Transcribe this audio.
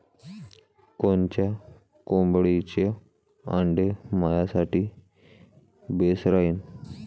कोनच्या कोंबडीचं आंडे मायासाठी बेस राहीन?